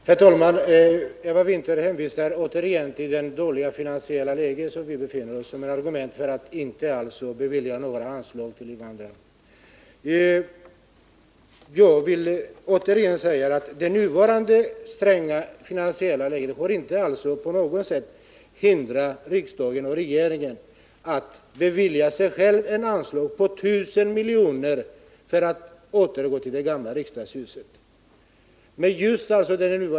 Herr talman! Eva Winther hänvisar återigen till det dåliga finansiella läge som vi befinner oss i och använder det som ett argument för att anslag inte skall beviljas till invandrarna. Men det besvärliga finansiella läget hindrade inte riksdagen och regeringen från att bevilja sig själva ett anslag på 1 000 milj.kr. för att återvända till det gamla riksdagshuset.